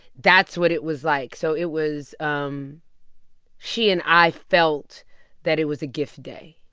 that's what it was like. so it was um she and i felt that it was a gift day